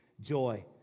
joy